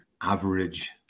average